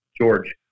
George